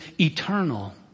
eternal